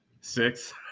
six